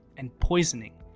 and poisoning,